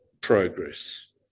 progress